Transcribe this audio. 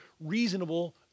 reasonable